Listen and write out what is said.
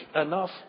enough